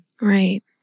Right